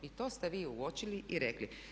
To ste vi uočili i rekli.